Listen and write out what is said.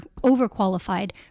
overqualified